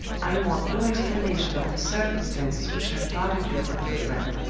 i want no explanation of the circumstances which have parted you from your friend.